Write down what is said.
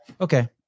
Okay